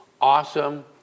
awesome